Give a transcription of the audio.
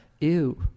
Ew